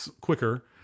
quicker